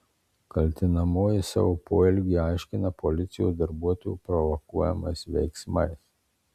kaltinamoji savo poelgį aiškina policijos darbuotojo provokuojamais veiksmais